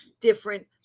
different